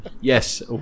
yes